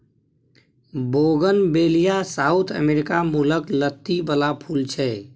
bougainvillea South America मुलक लत्ती बला फुल छै